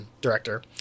director